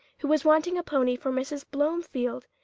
who was wanting a pony for mrs. blomefield,